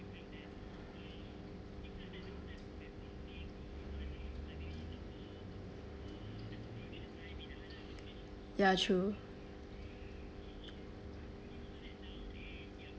ya true